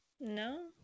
No